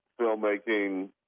filmmaking